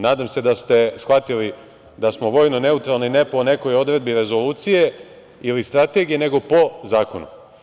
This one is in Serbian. Nadam se da ste shvatili da smo vojno neutralni, ne po nekoj odredbi rezolucije ili strategije, nego po zakonu.